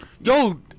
Yo